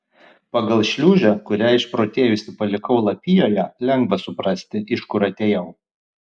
pagal šliūžę kurią išprotėjusi palikau lapijoje lengva suprasti iš kur atėjau